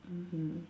mmhmm